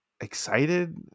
excited